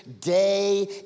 day